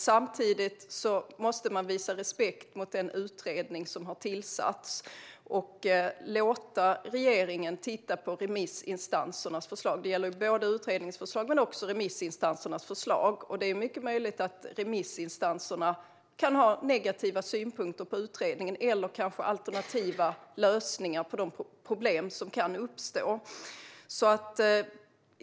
Samtidigt måste man visa respekt mot den utredning som har tillsatts och låta regeringen titta på förslagen. Det gäller utredningens förslag men också remissinstansernas förslag, och det är mycket möjligt att remissinstanserna har negativa synpunkter på utredningen eller kanske alternativa lösningar på de problem som kan uppstå.